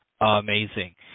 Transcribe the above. Amazing